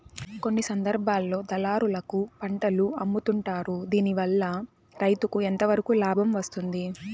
కొన్ని సందర్భాల్లో దళారులకు పంటలు అమ్ముతుంటారు దీనివల్ల రైతుకు ఎంతవరకు లాభం వస్తుంది?